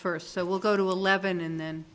first so we'll go to eleven and then